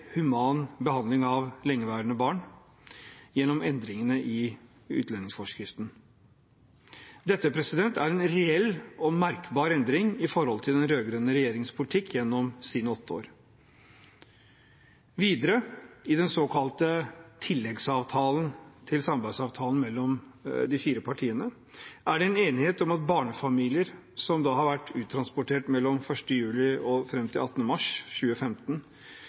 human behandling av lengeværende barn gjennom endringene i utlendingsforskriften. Dette er en reell og merkbar endring i forhold til den rød-grønne regjeringens politikk gjennom sine åtte år. Videre: I den såkalte tilleggsavtalen til samarbeidsavtalen mellom de fire partiene er det enighet om at barnefamilier som har vært uttransportert mellom 1. juli og fram til 18. mars 2015,